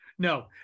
No